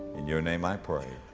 in your name i pray.